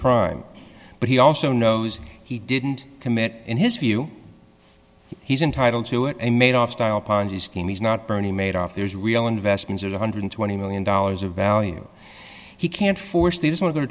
crime but he also knows he didn't commit in his view he's entitled to it and made off style ponzi scheme he's not bernie made off there's real investments at one hundred and twenty million dollars of value he can't force these